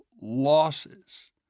losses